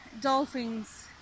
dolphins